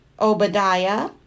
Obadiah